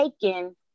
taken